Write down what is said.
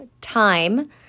time